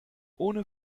ohne